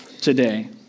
today